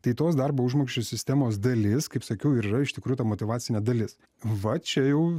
tai tos darbo užmokesčio sistemos dalis kaip sakiau ir yra iš tikrųjų ta motyvacinė dalis va čia jau